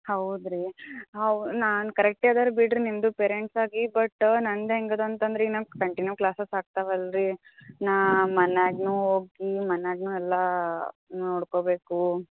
ಹೌದಾ ರೀ ಹೌ ನಾನು ಕರೆಕ್ಟೇ ಅದಾ ರೀ ಬಿಡಿರಿ ನಿಮ್ಮದು ಪೇರೆಂಟ್ಸ್ ಆಗಿ ಬಟ್ ನಂದು ಹೆಂಗದೆ ಅಂತಂದ್ರೆ ಈಗ ನಂಗೆ ಕಂಟಿನ್ಯೂ ಕ್ಲಾಸಸ್ ಆಗ್ತವಲ್ಲ ರೀ ನಾ ಮನ್ಯಾಗೂ ಹೋಗಿ ಮನ್ಯಾಗೂ ಎಲ್ಲ ನೋಡ್ಕೊಬೇಕು